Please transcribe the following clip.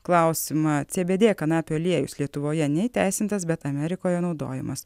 klausimą cbd kanapių aliejus lietuvoje neįteisintas bet amerikoje naudojamas